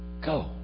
go